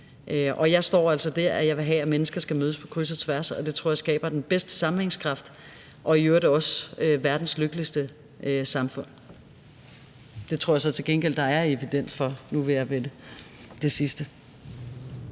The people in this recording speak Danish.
og jeg står altså der, at jeg vil have, at mennesker skal mødes på kryds og tværs. Det tror jeg skaber den bedste sammenhængskraft og i øvrigt også verdens lykkeligste samfund. Det tror jeg så til gengæld der er evidens for nu, vi er ved det – altså